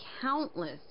countless